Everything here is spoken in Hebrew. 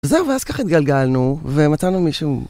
זהו ואז ככה התגלגלנו ומצאנו מישהו